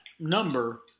number